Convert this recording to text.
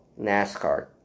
NASCAR